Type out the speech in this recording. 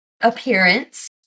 appearance